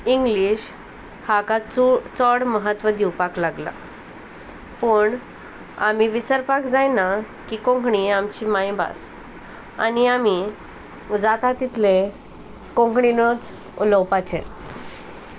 English हाका चू चोड म्हत्व दिवपाक लागला पूण आमी विसरपाक जायना की कोंकणी आमची मायभास आनी आमी जाता तितलें कोंकणीनूच उलोवपाचें